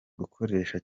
gukoresha